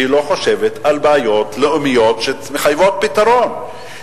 שלא חושבת על בעיות לאומיות שמחייבות פתרון.